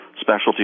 specialty